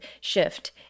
shift